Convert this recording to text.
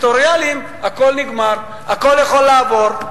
הסקטוריאליים הכול נגמר, הכול יכול לעבור.